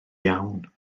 iawn